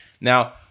Now